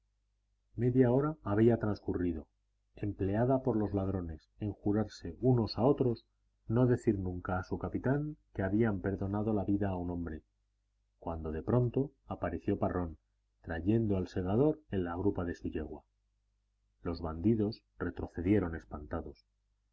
media hora había transcurrido empleada por los ladrones en jurarse unos a otros no decir nunca a su capitán que habían perdonado la vida a un hombre cuando de pronto apareció parrón trayendo al segador en la grupa de su yegua los bandidos retrocedieron espantados